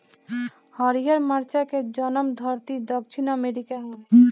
हरिहर मरचा के जनमधरती दक्षिण अमेरिका हवे